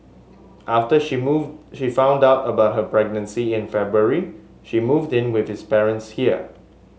after she move she found out about her pregnancy in February she moved in with his parents here